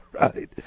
Right